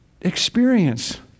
experience